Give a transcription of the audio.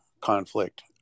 conflict